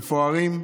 מפוארים?